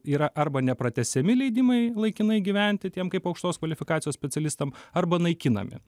yra arba nepratęsiami leidimai laikinai gyventi tiem kaip aukštos kvalifikacijos specialistam arba naikinami